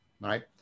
right